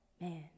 man